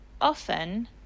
often